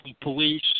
police